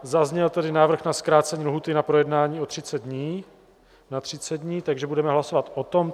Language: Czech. Zazněl tady návrh na zkrácení lhůty na projednání o 30 dní na 30 dní, takže budeme hlasovat o tomto.